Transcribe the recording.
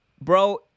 bro